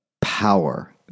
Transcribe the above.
power